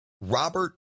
Robert